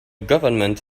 government